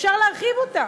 אפשר להרחיב אותה,